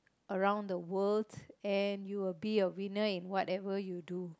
around the world and you will be a winner in whatever you do